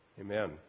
Amen